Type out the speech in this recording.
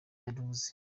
yavuze